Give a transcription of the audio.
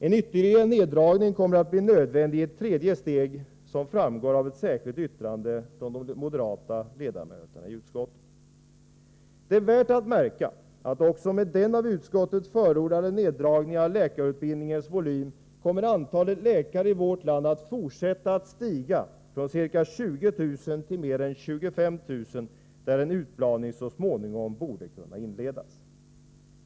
En ytterligare neddragning kommer att bli nödvändig i ett tredje steg, som framgår av ett särskilt yttrande från de moderata ledamöterna i utskottet. Det är värt att märka att också med den av utskottet förordade neddragningen av läkarut bildningens volym kommer antalet läkare i vårt land att fortsätta stiga från ca 20 000 till mer än 25 000, där en utplaning så småningom borde kunna inledas.